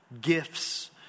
gifts